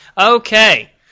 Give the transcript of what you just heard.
Okay